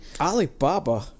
Alibaba